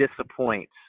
disappoint